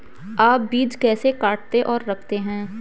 आप बीज कैसे काटते और रखते हैं?